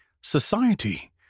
society